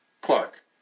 Clark